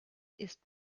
ist